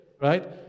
right